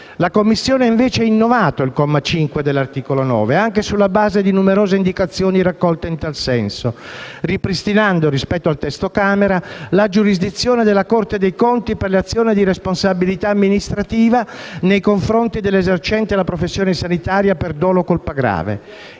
La Commissione ha invece innovato il comma 5 dell'articolo 9, anche sulla base di numerose indicazioni raccolte in tal senso, ripristinando, rispetto al testo Camera, la giurisdizione della Corte dei conti per le azioni di responsabilità amministrativa nei confronti dell'esercente la professione sanitaria per dolo o colpa grave,